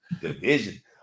Division